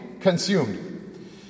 consumed